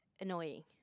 annoying